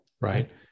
right